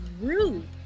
rude